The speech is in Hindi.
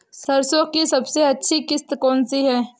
सरसो की सबसे अच्छी किश्त कौन सी है?